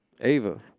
Ava